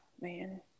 man